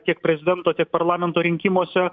tiek prezidento tiek parlamento rinkimuose